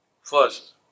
First